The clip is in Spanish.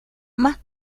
más